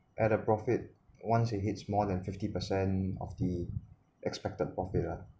at a profit once it hits more than fifty percent of the expected profit ah